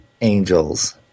angels